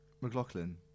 McLaughlin